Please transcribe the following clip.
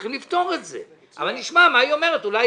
צריך לפתור את זה אבל נשמע מה היא אומרת ואולי